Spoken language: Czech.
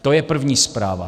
To je první zpráva.